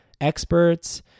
experts